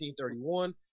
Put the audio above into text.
1831